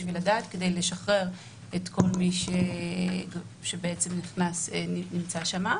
בשביל לדעת כדי לשחרר את כל מי שבעצם נמצא שם.